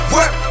Work